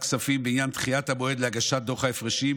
כספים בעניין דחיית המועד להגשת דוח ההפרשים,